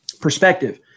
perspective –